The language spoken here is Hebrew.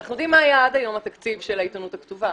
אנחנו יודעים מה היה עד היום התקציב של העיתונות הכתובה.